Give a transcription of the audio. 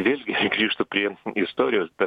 vėlgi grįžtu prie istorijos bet